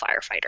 firefighter